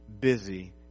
busy